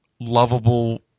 Lovable